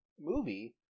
movie